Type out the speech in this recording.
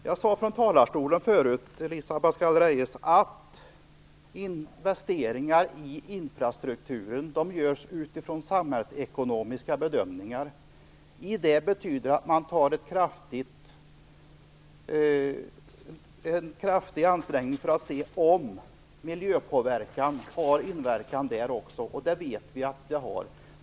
Herr talman! Jag sade till Elisa Abascal Reyes i ett tidigare inlägg att investeringar i infrastrukturen görs utifrån samhällsekonomiska bedömningar. Det betyder att man gör en kraftig ansträngning för att se om miljöpåverkan har en inverkan även där, vilket vi vet att den har.